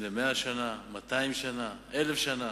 מלפני מאה שנה, מאתיים שנה, אלף שנה.